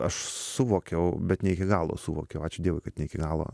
aš suvokiau bet ne iki galo suvokiau ačiū dievui kad ne iki galo